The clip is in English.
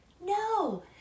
no